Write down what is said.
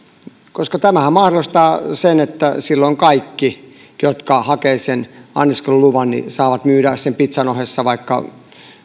koska tämähän mahdollistaa sen että silloin kaikki jotka hakevat sen anniskeluluvan saavat myydä sen pitsan ohessa vaikka